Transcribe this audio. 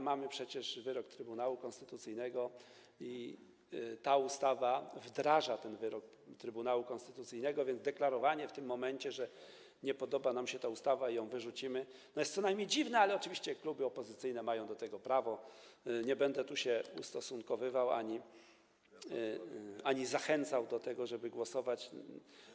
Mamy przecież wyrok Trybunału Konstytucyjnego i ta ustawa wdraża ten wyrok, więc deklarowanie w tym momencie, że nie podoba nam się ta ustawa i ją wyrzucimy, jest co najmniej dziwne, ale oczywiście kluby opozycyjne mają do tego prawo, nie będę tu się ustosunkowywał ani zachęcał do tego, żeby głosować za tym.